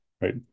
right